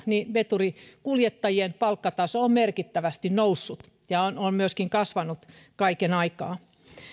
niin veturinkuljettajien palkkataso on merkittävästi noussut ja on on myöskin kasvanut kaiken aikaa